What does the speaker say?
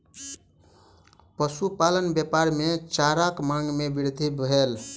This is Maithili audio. पशुपालन व्यापार मे चाराक मांग मे वृद्धि भेल